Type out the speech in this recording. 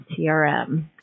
CRM